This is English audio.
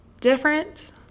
different